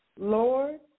Lord